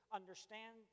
understand